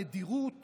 והנדירות